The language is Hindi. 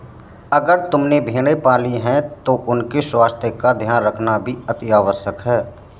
अगर तुमने भेड़ें पाली हैं तो उनके स्वास्थ्य का ध्यान रखना भी अतिआवश्यक है